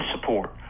support